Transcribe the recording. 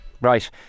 Right